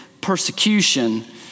persecution